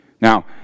Now